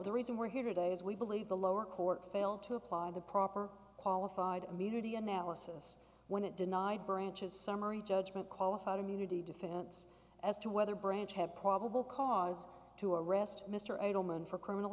the reason we're here today is we believe the lower court failed to apply the proper qualified immunity analysis when it denied branch's summary judgment qualified immunity defense as to whether branch have probable cause to arrest mr adelman for criminal